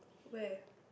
where